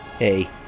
Hey